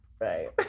Right